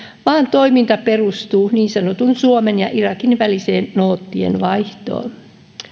vaan toiminta perustuu niin sanottuun suomen ja irakin väliseen noottien vaihtoon